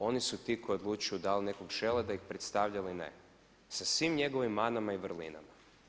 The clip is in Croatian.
Oni su ti koji odlučuju da li nekog žele da ih predstavlja ili ne sa svim njegovim manama i vrlinama.